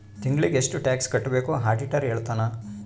ತಿಂಗಳಿಗೆ ಎಷ್ಟ್ ಟ್ಯಾಕ್ಸ್ ಕಟ್ಬೇಕು ಆಡಿಟರ್ ಹೇಳ್ತನ